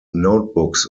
notebooks